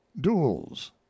Duels